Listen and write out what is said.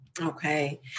Okay